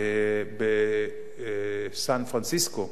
בסן-פרנסיסקו.